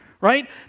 right